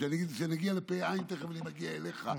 כשנגיע לפ"ע תכף אני מגיע אליך.